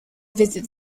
visit